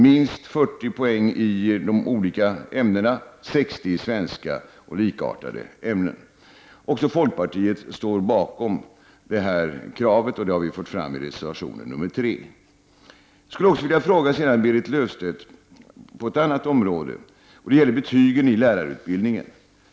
Minst 40 poäng krävs i de olika ämnena, dock 60 poäng i svenska och liknande ämnen. Även folkpartiet står bakom förslaget, vilket har förts fram i reservation 3. Jag skulle också vilja fråga Berit Löfstedt när det gäller ett annat område — betygen i lärarutbildningen.